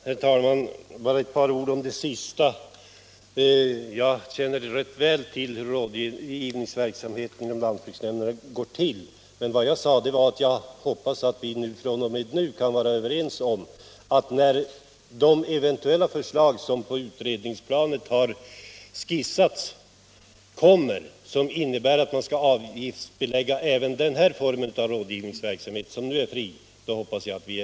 Herr talman! Jag vill säga ett par ord med anledning av vad herr Strömberg i Vretstorp nu yttrade. Jag känner väl till hur rådgivnings och serviceverksamheten inom lantbruksnämnderna går till. Vad jag sade var, att jag hoppades att vi fr.o.m. i dag skulle kunna vara överens om att ta avstånd från de förslag som skisserats på utredningsplanet och som eventuellt kommer, innebärande att avgiftsbelägga även den form av rådgivning som nu är kostnadsfri.